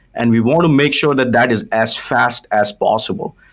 and we want to make sure that that is as fast as possible.